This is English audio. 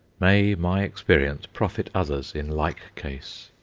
may my experience profit others in like case!